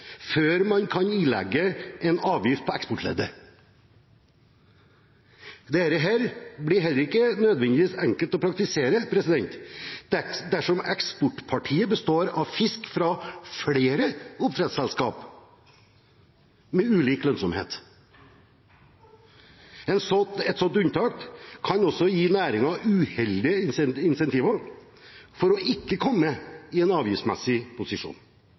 før man kan ilegge eksportleddet en avgift. Dette blir heller ikke nødvendigvis enkelt å praktisere dersom eksportpartiet består av fisk fra flere oppdrettsselskaper med ulik lønnsomhet. Et sånt unntak kan også gi næringen uheldige incentiver til å ikke komme i en avgiftsmessig posisjon.